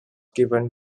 given